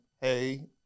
hey